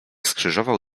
skrzyżował